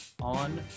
on